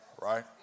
Right